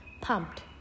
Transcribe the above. pumped